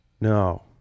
No